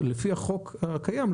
לפי החוק הקיים,